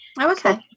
okay